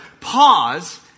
pause